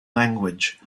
language